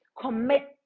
commit